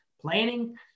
planning